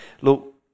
look